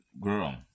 Girl